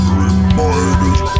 reminded